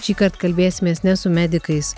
šįkart kalbėsimės ne su medikais